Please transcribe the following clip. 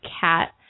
cat